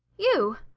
you?